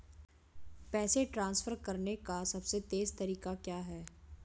पैसे ट्रांसफर करने का सबसे तेज़ तरीका क्या है?